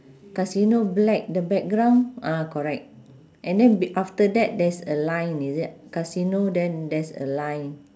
casino black the background ah correct and then b~ after that there's a line is it casino then there's a line